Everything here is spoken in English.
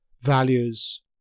values